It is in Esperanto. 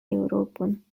eŭropon